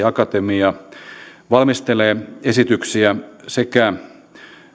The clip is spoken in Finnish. akatemia valmistelee esityksiä sekä